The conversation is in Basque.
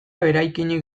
eraikinik